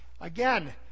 Again